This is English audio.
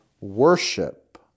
worship